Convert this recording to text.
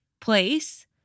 place